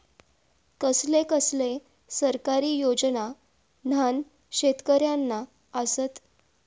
कसले कसले सरकारी योजना न्हान शेतकऱ्यांना आसत?